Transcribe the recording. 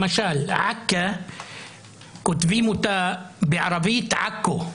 למשל: עכו כותבים בערבית "עכא",